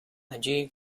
allí